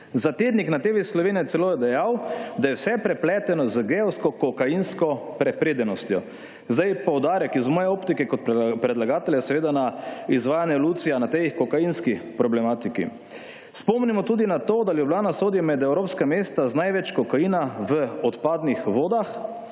Za Tednik na TV Slovenija je celo dejal, da je vse prepleteno z gejevsko kokainsko prepredenostjo. Zdaj, poudarek iz moje optike kot predlagatelja je seveda na izvajanju Lucuja na tej kokainski problematiki. Spomnimo tudi na to, da Ljubljana sodi med evropska mesta z največ kokaina v odpadnih vodah,